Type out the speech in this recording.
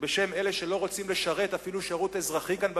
בשם אלה שלא רוצים לשרת אפילו שירות אזרחי כאן,